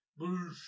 boosh